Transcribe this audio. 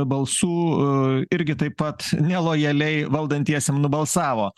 balsų irgi taip pat nelojaliai valdantiesiem nubalsavo